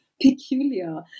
peculiar